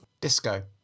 disco